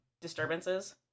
disturbances